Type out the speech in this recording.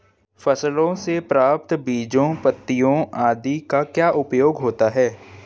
फसलों से प्राप्त बीजों पत्तियों आदि का क्या उपयोग होता है?